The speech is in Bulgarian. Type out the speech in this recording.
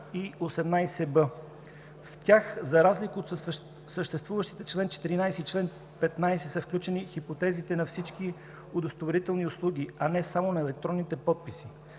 В тях, за разлика от съществуващите чл. 14 и чл. 15, са включени хипотезите на всички удостоверителни услуги, а не само на електронните подписи,